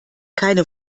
keine